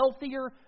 healthier